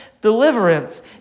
Deliverance